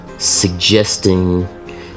suggesting